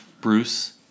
Bruce